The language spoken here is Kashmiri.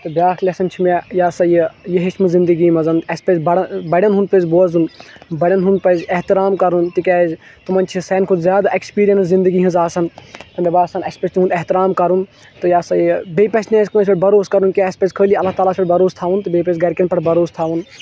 تہٕ بیٛاکھ لیسَن چھِ مےٚ یہِ ہسا یہِ یہِ ہیٚچھمٕژ زِنٛدگی منٛز اَسہِ پَزِ بَڈٕ بَڈؠَن ہُنٛد پَزِ اَسہِ بوزُن بَڈؠَن ہُنٛد پَزِ احترام کَرُن تِکیٛازِ تِمَن چھِ سانہِ کھۄتہٕ زیادٕ ایکٕسپیٖریَنس زِنٛدگی ہٕنٛز آسان تہٕ مےٚ باسان اَسہِ پَزِ تُہُنٛد احترام کَرُن تہٕ یہِ ہسا یہِ بیٚیہِ پَزِ نہٕ اَسہِ کٲنٛسہِ سٍتۍ بَروسہٕ کَرُن کہِ اَسہِ پَزِ خٲلی اَللہ تَعالاہَس پؠٹھ بَروسہٕ تھاوُن تہٕ بیٚیہِ پَزِ گرِکیٚن پؠٹھ بَروسہٕ تھاوُن